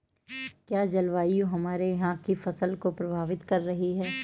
क्या जलवायु हमारे यहाँ की फसल को प्रभावित कर रही है?